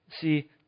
see